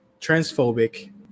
transphobic